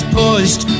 pushed